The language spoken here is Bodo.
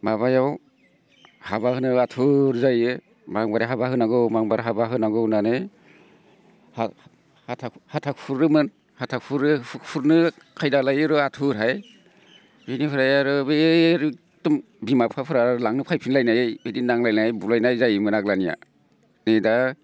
माबायाव हाबा होनो आथुर जायो माबार हाबा होनांगौ माबार हाबा होनांगौ होननानै हाथा खुरोमोन हाथा खुरनो खायदा लायो आथुरहाय बिनिफ्राय आरो बै एखदम बिमा बिफाफोरा लांनो फायफिनलायनाय जायो बिदि नांलायनाय बुलायनाय जायोमोन आग्लानिया नै दा